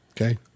Okay